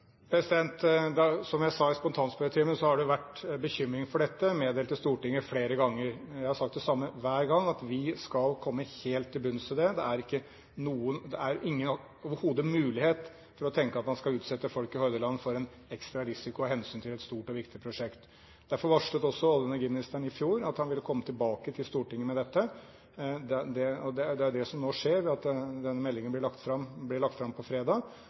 Som jeg sa i spontanspørretimen, har det vært bekymring for dette, meddelt til Stortinget flere ganger. Vi har sagt det samme hver gang, at vi skal komme helt til bunns i det. Det er overhodet ingen mulighet å tenke at man skal utsette folk i Hordaland for en ekstra risiko av hensyn til et stort og viktig prosjekt. Derfor varslet olje- og energiministeren i fjor at han ville komme tilbake til Stortinget med dette. Det er det som nå skjer, ved at denne meldingen ble lagt fram – den ble lagt fram på fredag.